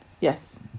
yes